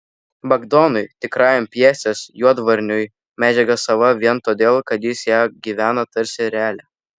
bagdonui tikrajam pjesės juodvarniui medžiaga sava vien todėl kad jis ja gyvena tarsi realia